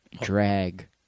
drag